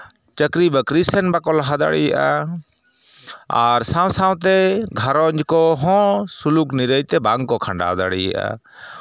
ᱪᱟᱹᱠᱨᱤ ᱵᱟᱹᱠᱨᱤ ᱥᱮᱱ ᱵᱟᱠᱚ ᱞᱟᱦᱟ ᱫᱟᱲᱮᱭᱟᱜᱼᱟ ᱟᱨ ᱥᱟᱶ ᱥᱟᱶᱛᱮ ᱜᱷᱟᱨᱚᱸᱡᱽ ᱠᱚᱦᱚᱸ ᱥᱩᱞᱩᱠ ᱱᱤᱨᱟᱹᱭᱛᱮ ᱵᱟᱝᱠᱚ ᱠᱷᱟᱸᱰᱟᱣ ᱫᱟᱲᱮᱭᱟᱜᱼᱟ